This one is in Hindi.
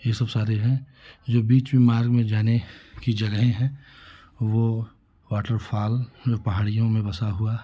यह सब सारे हैं जो बीच मार्ग में जाने की जगहें हैं वह वाटर फाल पहाड़ियों में बसा हुआ